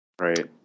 Right